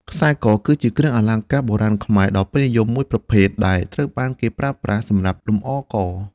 ខ្សែ ក គឺជាគ្រឿងអលង្ការបុរាណខ្មែរដ៏ពេញនិយមមួយប្រភេទ ដែលត្រូវបានប្រើប្រាស់សម្រាប់លម្អ ក។